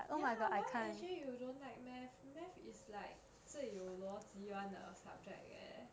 ya why actually you don't like math math is like 最有逻辑 [one] the subject eh